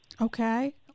Okay